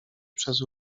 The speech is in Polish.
przez